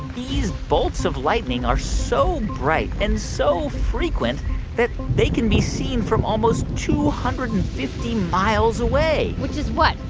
these bolts of lightning are so bright and so frequent that they can be seen from almost two hundred and fifty miles away which is what?